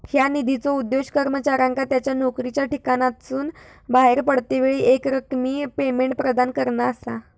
ह्या निधीचो उद्देश कर्मचाऱ्यांका त्यांच्या नोकरीच्या ठिकाणासून बाहेर पडतेवेळी एकरकमी पेमेंट प्रदान करणा असा